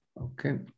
Okay